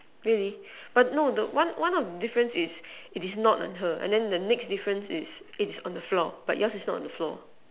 really but no the one one of the difference is it is not on her and then the next difference is it's on the floor but yours is not on the floor